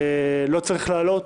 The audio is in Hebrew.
לא צריך לעלות.